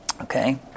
okay